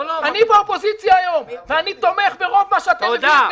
אני באופוזיציה היום ואני תומך ברוב מה שאתם מביאים.